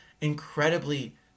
incredibly